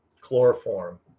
chloroform